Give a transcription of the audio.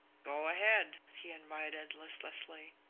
go ahead, he invited listlessly.